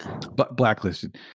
Blacklisted